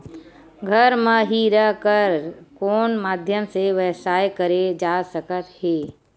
घर म हि रह कर कोन माध्यम से व्यवसाय करे जा सकत हे?